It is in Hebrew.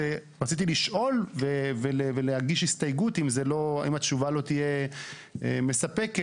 רציתי לשאול ולהגיש הסתייגות אם התשובה לא תהיה מספקת,